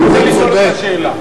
אני רוצה לשאול אותך שאלה.